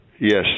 Yes